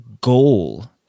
goal